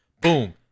Boom